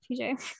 TJ